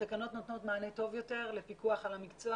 התקנות נותנות מענה טוב יותר לפיקוח על המקצוע